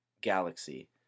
galaxy